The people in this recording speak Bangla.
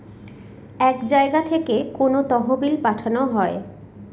এক জায়গা থেকে কোনো তহবিল পাঠানো হয়